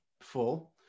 full